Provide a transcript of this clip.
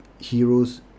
heroes